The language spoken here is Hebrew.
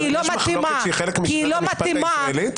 אבל יש מחלוקת שהיא חלק ממערכת המשפט הישראלית?